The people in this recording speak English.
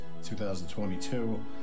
2022